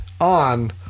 on